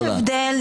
רגע.